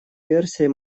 версией